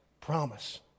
promise